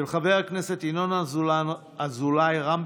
של חבר הכנסת טופורובסקי, עברה